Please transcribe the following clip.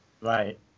Right